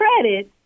credit